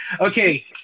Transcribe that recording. Okay